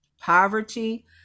poverty